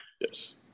yes